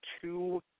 two